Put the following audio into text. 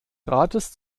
rates